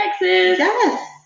yes